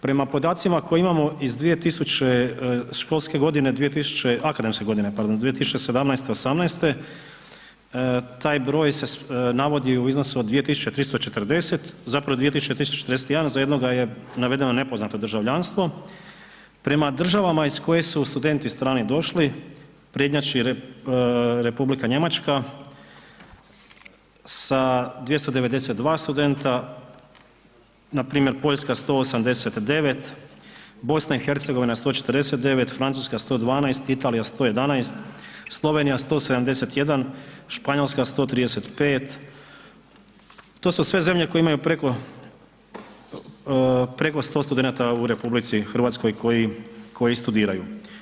Prema podacima koje imamo iz akademske godine 2017.-2018. taj broj se navodi u iznosu od 2340, zapravo 2341 za jednoga je navedeno nepoznato državljanstvo, prema državama iz kojih su studenti strani došli prednjači Republika Njemačka sa 292 studenta, npr. Poljska 189, BiH 149, Francuska 112, Italija 111, Slovenija 171, Španjolska 135, to su sve zemlje koje imaju preko 100 studenata u RH koji studiraju.